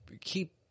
keep